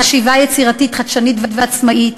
חשיבה יצירתית חדשנית ועצמאית,